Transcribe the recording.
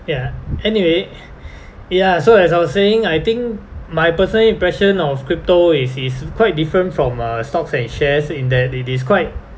ya anyway ya so as I was saying I think my personal impression of crypto is is quite different from uh stocks and shares in that it is quite